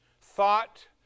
thought